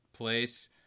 place